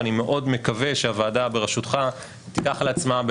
ואני מאוד מקווה שהוועדה בראשותך תיקח על עצמה,